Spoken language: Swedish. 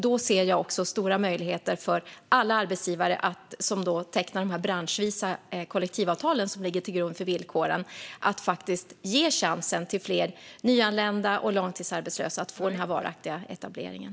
Då ser jag stora möjligheter för alla arbetsgivare som tecknar de branschvisa kollektivavtal som ligger till grund för villkoren att faktiskt ge chansen till fler nyanlända och långtidsarbetslösa att få den här varaktiga etableringen.